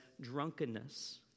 drunkenness